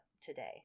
today